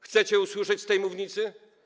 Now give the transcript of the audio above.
Chcecie usłyszeć z tej mównicy?